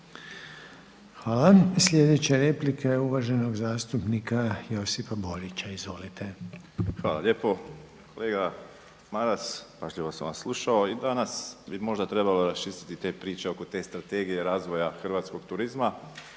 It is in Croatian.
Hvala. Sljedeća replika je uvaženog zastupnika Josipa Borića. Izvolite. **Borić, Josip (HDZ)** Hvala lijepo. Kolega Maras pažljivo sam vas slušao i danas bi možda trebalo raščistiti te priče oko te Strategije razvoja hrvatskog turizma